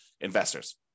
investors